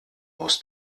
aus